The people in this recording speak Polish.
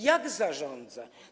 Jak zarządza?